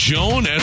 Joan